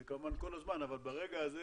זה כמובן כל הזמן, אבל ברגע הזה